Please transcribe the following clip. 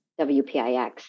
WPIX